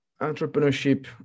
entrepreneurship